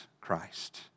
Christ